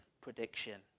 prediction